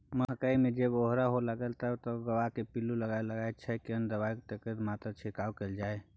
मकई मे जब ओरहा होबय लागय छै तखन से गबहा मे पिल्लू लागय लागय छै, केना दबाय आ कतेक मात्रा मे छिरकाव कैल जाय?